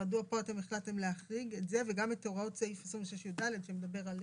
מדוע פה החלטתם להחריג את זה וגם את הוראות סעיף 26יד שמדבר על